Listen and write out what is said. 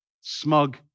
Smug